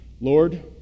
Lord